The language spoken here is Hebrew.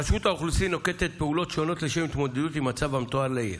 רשות האוכלוסין נוקטת פעולות שונות לשם התמודדות עם המצב המתואר לעיל.